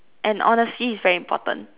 and honesty is very important